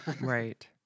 Right